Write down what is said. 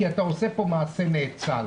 כי אתה עושה פה מעשה נאצל.